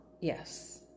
yes